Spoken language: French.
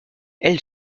elle